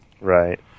Right